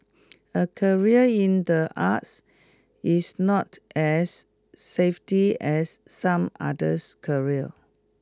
a career in the arts is not as safety as some others careers